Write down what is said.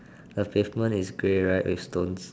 the pavement is grey right with stones